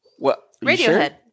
Radiohead